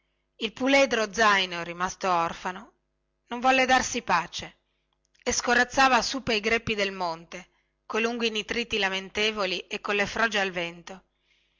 il puledro zaino rimasto orfano non voleva darsi pace e scorazzava su pei greppi del monte con lunghi nitriti lamentevoli e colle froge al vento